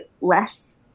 less